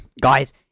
Guys